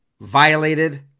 violated